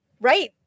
Right